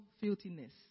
filthiness